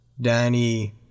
Danny